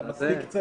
אתה מספיק צעיר